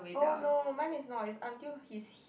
oh no mine is not is until his hip